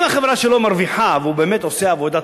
אם החברה שלו מרוויחה, והוא באמת עושה עבודה טובה,